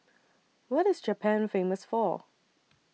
What IS Japan Famous For